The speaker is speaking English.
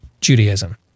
Judaism